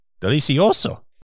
Delicioso